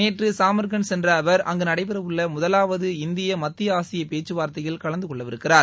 நேற்று சமர்கண்ட் சென்ற அவர் அங்கு நடைபெறவுள்ள முதவாவது இந்திய மத்திய ஆசிய பேச்சுவார்த்தையில் கலந்து கொள்ளவிருக்கிறார்